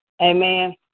Amen